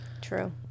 true